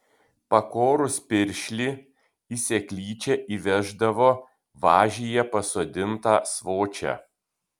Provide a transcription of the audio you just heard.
pakorus piršlį į seklyčią įveždavo važyje pasodintą svočią